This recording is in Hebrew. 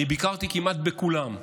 אני ביקרתי כמעט בכולם.